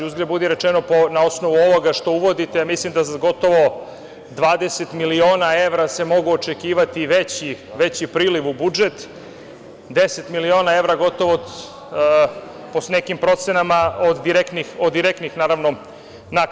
Uzgred budi rečeno, na osnovu ovoga što uvodite, a mislim da gotovo 20 miliona evra se mogu očekivati veći priliv u budžet, deset miliona evra gotovo po nekim procenama od direktnih naknada.